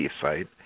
site